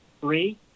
three